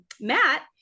Matt